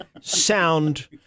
sound